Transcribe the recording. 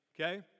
okay